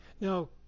Now